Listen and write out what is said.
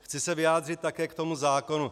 Chci se vyjádřit také k tomu zákonu.